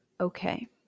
okay